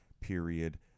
period